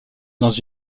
dans